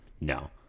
No